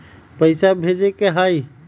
पैसा भेजे के हाइ?